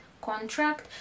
contract